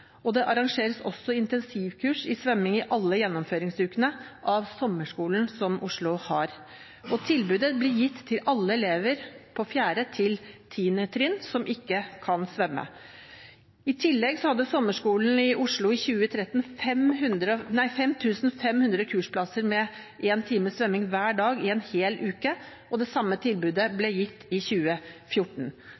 Det arrangeres også intensivkurs i svømming i alle gjennomføringsukene av sommerskolen som Oslo har. Tilbudet blir gitt til alle elever på 4.–10. trinn som ikke kan svømme. I tillegg hadde sommerskolen i Oslo i 2013 5 500 kursplasser med én time svømming hver dag i en hel uke. Det samme tilbudet